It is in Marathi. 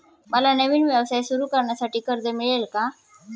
मला नवीन व्यवसाय सुरू करण्यासाठी कर्ज मिळेल का?